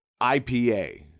IPA